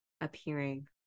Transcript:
appearing